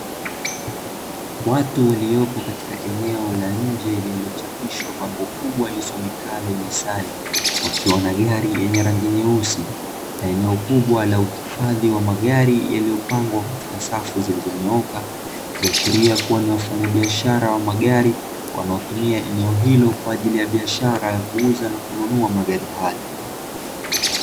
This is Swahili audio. Watu waliopo katika eneo la nje lililochapishwa kwa bango kubwa lisomekalo "NISSAN", wakiwa na gari rangi nyeusi na eneo kubwa la uhifadhi wa magari yaliyopangwa katika safi zilizoyonyooka, ikiashiria kuwa ni wafanyabiashara wa magari wanaotumia eneo hilo kwa ajili ya biashara ya kuuza na kununua magari hayo.